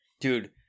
Dude